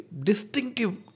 distinctive